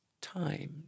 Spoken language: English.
Time